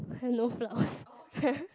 no flowers